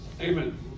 Amen